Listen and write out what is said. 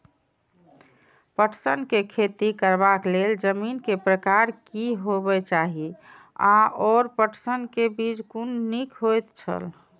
पटसन के खेती करबाक लेल जमीन के प्रकार की होबेय चाही आओर पटसन के बीज कुन निक होऐत छल?